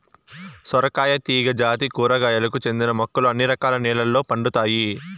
సొరకాయ తీగ జాతి కూరగాయలకు చెందిన మొక్కలు అన్ని రకాల నెలల్లో పండుతాయి